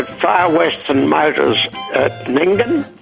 far-western motors at nyngan,